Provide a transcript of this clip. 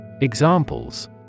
Examples